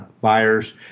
buyers